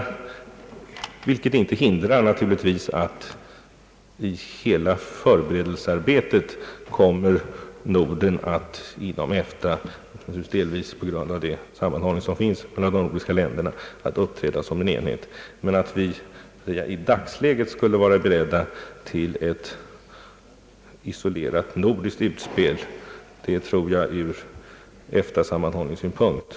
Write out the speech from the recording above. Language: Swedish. Å andra sidan hindrar naturligtvis inte det, att Norden uppträder som en enhet inom EFTA i hela förberedelsearbetet. Detta är tvärtom na turligt på grund av den sammanhållning som finns mellan de nordiska länderna. Men att vi skulle i dagsläget satsa på ett isolerat nordiskt utspel, det tror jag vore olyckligt med tanke på sammanhållningen inom EFTA.